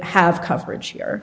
have coverage here